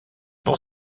pour